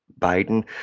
Biden